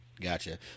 Gotcha